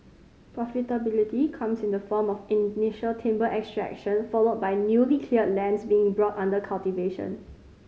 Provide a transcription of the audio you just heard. profitability comes in the form of initial timber extraction followed by newly cleared lands being brought under cultivation